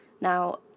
Now